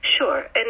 Sure